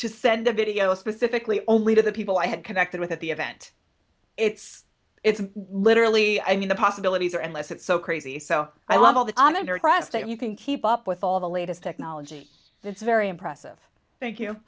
to send a video specifically only to the people i had connected with at the event it's it's literally i mean the possibilities are endless it's so crazy so i love all the under dressed and you can keep up with all the latest technology that's very impressive thank